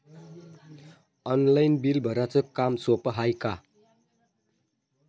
Online bill भराच काम सोपं हाय का?